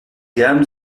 gamme